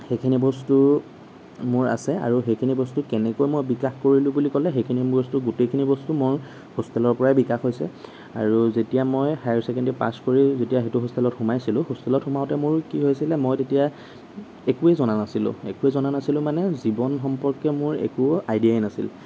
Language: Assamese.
সেইখিনি বস্তু মোৰ আছে আৰু সেইখিনি বস্তু কেনেকৈ মই বিকাশ কৰিলো বুলি ক'লে সেইখিনি বস্তু গোটেইখিনি বস্তু মই হোষ্টেলৰ পৰাই বিকাশ হৈছে আৰু যেতিয়া মই হায়াৰ ছেকেণ্ডাৰী পাছ কৰি যেতিয়া সেইটো হোষ্টেলত সোমাইছিলো হোষ্টেলত সোমাওতে মোৰ কি হৈছিলে মই তেতিয়া একোৱেই জনা নাছিলো একোৱেই জনা নাছিলো মানে জীৱন সম্পৰ্কে মোৰ একো আইডিয়াই নাছিল